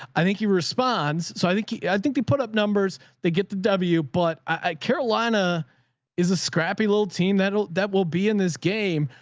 i think he responds. so i think he, i think they put up numbers, they get the w but i carolina is a scrappy little team that will, that will be in this game.